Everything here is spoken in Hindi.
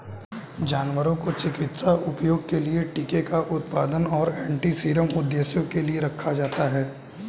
जानवरों को चिकित्सा उपयोग के लिए टीके का उत्पादन और एंटीसीरम उद्देश्यों के लिए रखा जाता है